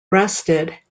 breasted